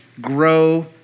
grow